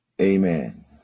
Amen